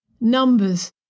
Numbers